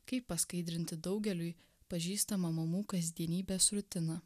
kaip praskaidrinti daugeliui pažįstamą mamų kasdienybės rutiną